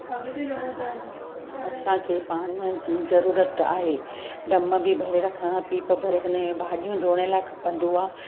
अॻिते न रहंदा आहिनि हिते असांखे पाणीअ जी ज़रूरत आहे ढम बि भरे रखणु पीप भरे अने भाॼियूं धोअण लाइ खपंदो आहे